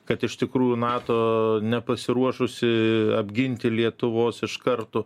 kad iš tikrųjų nato nepasiruošusi apginti lietuvos iš karto